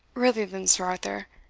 really, then, sir arthur,